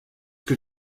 que